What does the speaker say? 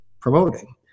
promoting